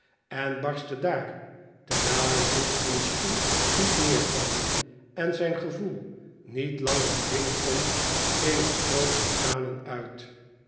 en barstte daar terwijl hij zich in een stoel liet neervallen en zijn gevoel niet langer bedwingen kon in een stroom van tranen uit